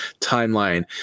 timeline